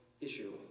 issue